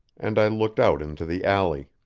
and i looked out into the alley.